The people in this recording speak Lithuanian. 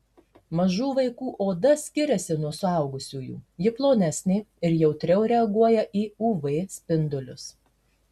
mažų vaikų oda skiriasi nuo suaugusiųjų ji plonesnė ir jautriau reaguoja į uv spindulius